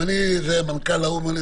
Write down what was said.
אם אני מנכ"ל מה,